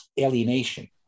alienation